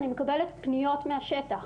אני מקבלת פניות מהשטח.